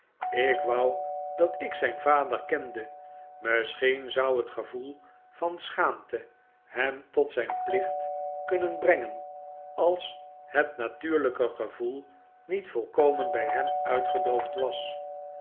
ik wou dat ik zijn vader kende misschien zou het gevoel van schaamte hem tot zijn plicht kunnen brengen als het natuurlijke gevoel niet volkomen bij hem uitgedoofd was